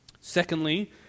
Secondly